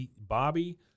Bobby